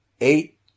eight